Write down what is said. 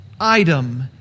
item